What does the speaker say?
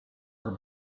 are